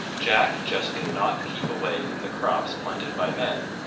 jack just cannot keep away from the crops planted by men.